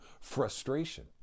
frustration